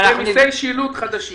מסים חדשים